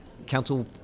Council